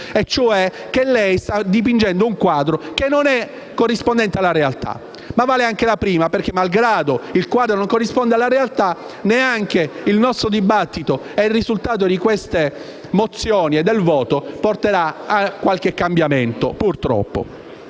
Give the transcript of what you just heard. e cioè che lei sta dipingendo un quadro che non corrisponde alla realtà. Ma vale anche la prima ipotesi perché, malgrado il quadro non corrisponda alla realtà, neanche il nostro dibattito e il risultato delle mozioni e della loro votazione porteranno a qualche cambiamento, purtroppo.